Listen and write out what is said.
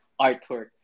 artwork